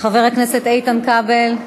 חבר הכנסת איתן כבל,